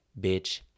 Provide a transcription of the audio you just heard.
bitch